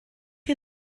chi